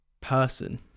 person